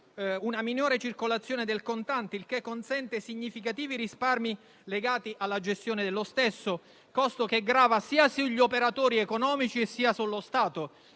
una minore circolazione del contante, il che consente significativi risparmi legati alla sua gestione, costo che grava sia sugli operatori economici sia sullo Stato.